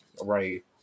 right